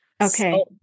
Okay